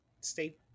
stay